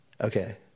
Okay